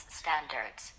standards